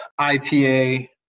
IPA